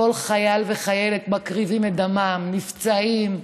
כל חייל וחיילת מקריבים את דמם, נפצעים.